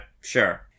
sure